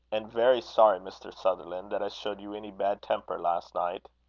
and very sorry, mr. sutherland, that i showed you any bad temper last night.